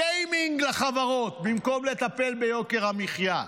שיימינג לחברות, במקום לטפל ביוקר המחיה,